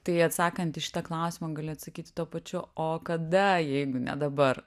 tai atsakant į šitą klausimą galiu atsakyti tuo pačiu o kada jeigu ne dabar